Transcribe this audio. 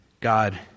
God